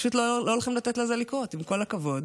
פשוט לא הולכים לתת לזה לקרות, עם כל הכבוד.